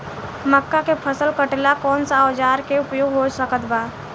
मक्का के फसल कटेला कौन सा औजार के उपयोग हो सकत बा?